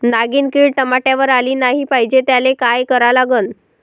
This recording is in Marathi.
नागिन किड टमाट्यावर आली नाही पाहिजे त्याले काय करा लागन?